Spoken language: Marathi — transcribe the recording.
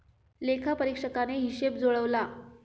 लेखापरीक्षकाने हिशेब जुळवला